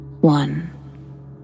One